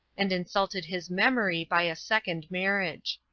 and insulted his memory by a second marriage.